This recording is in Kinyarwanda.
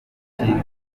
urukingo